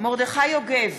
מרדכי יוגב,